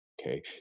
Okay